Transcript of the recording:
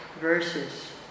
verses